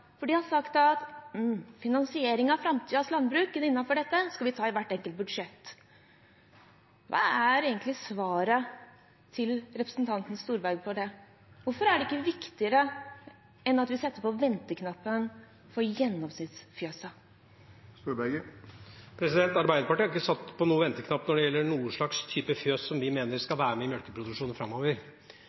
For de har sagt at finansiering av framtidens landbruk innenfor dette skal vi ta i hvert enkelt budsjett. Hva er egentlig svaret fra representanten Storberget på det? Hvorfor er det ikke viktigere enn at vi trykker på venteknappen for gjennomsnittsfjøset? Arbeiderpartiet har ikke trykt på noen venteknapp når det gjelder noe slags type fjøs som vi mener skal være med i melkeproduksjonen framover.